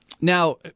Now